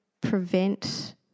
prevent